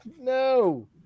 no